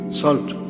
salt